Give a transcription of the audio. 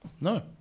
No